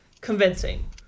convincing